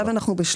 עכשיו אנחנו ב-13.